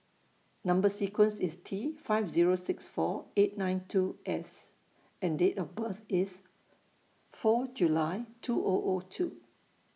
Number sequence IS T five Zero six four eight nine two S and Date of birth IS four July two O O two